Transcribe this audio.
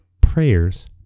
prayers